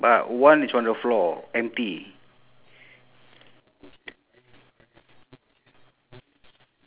K then the guy jumping around is there any bees around the the the guy